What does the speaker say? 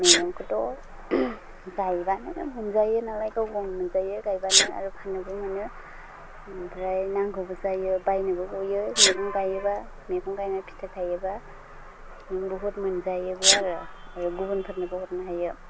मेगंखौथ' गायबानो मोनजायो नालाय गाव गावनो मोनजायो गायबानो आरो फान्नोबो मोनो ओमफ्राय नांगौबो जायो बायनोबो गयो मेगं गायोबा मेगं गायना फिथाइ थायोबा बुहुत मोनजायोबो आरो आरो गुबुनफोरनोबो हरनो हायो